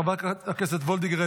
חברת הכנסת וולדיגר,